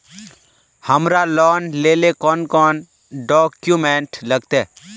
हमरा लोन लेले कौन कौन डॉक्यूमेंट लगते?